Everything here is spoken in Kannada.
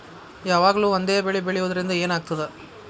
ಯಾವಾಗ್ಲೂ ಒಂದೇ ಬೆಳಿ ಬೆಳೆಯುವುದರಿಂದ ಏನ್ ಆಗ್ತದ?